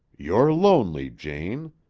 you're lonely, jane.